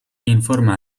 informe